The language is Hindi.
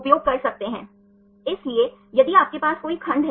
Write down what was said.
छात्र पेप्टाइड बांड